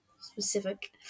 specific